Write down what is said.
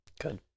good